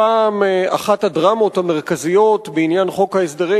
הפעם אחת הדרמות המרכזיות בעניין חוק ההסדרים